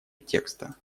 текста